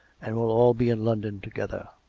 and will all be in london together.